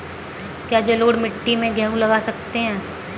क्या जलोढ़ मिट्टी में गेहूँ लगा सकते हैं?